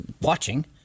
watching